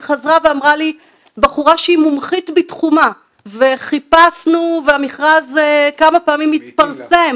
בחורה שהיא מומחית בתחומה וחיפשנו והמכרז כמה פעמים התפרסם